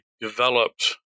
developed